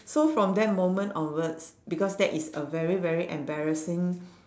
so from that moment onwards because that is a very very embarrassing